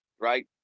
right